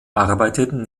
arbeiteten